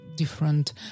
Different